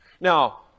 Now